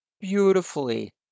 Beautifully